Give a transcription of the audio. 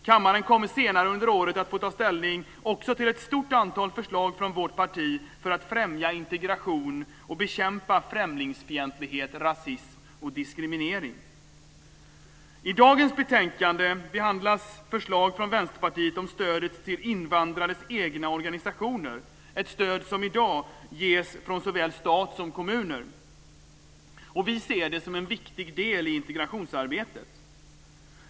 Kammaren kommer senare under året att få ta ställning också till ett stort antal förslag från vårt parti för att främja integration och bekämpa främlingsfientlighet, rasism och diskriminering. I dagens betänkande behandlas förslag från Vänsterpartiet om stödet till invandrades egna organisationer, ett stöd som i dag ges från såväl stat som kommuner. Vi ser detta som en viktig del i integrationsarbetet.